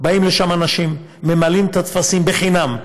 באים לשם אנשים, ממלאים את הטפסים חינם,